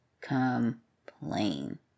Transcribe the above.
complain